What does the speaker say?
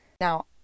Now